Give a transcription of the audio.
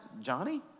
Johnny